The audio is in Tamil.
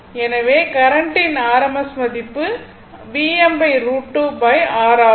எனவே கரண்ட்டின் rms மதிப்பு r Vm√ 2 R ஆகும்